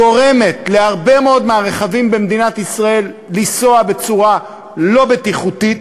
גורמת להרבה מאוד רכבים במדינת ישראל לנסוע בצורה לא בטיחותית,